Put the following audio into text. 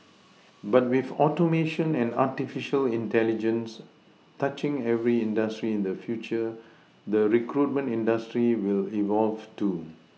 but with Automation and artificial intelligence touching every industry in the future the recruitment industry will evolve too